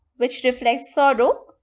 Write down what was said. which reflect sorrow,